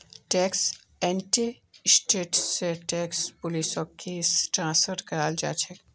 tax amnesty स tax पुलिसक case transfer कराल जा छेक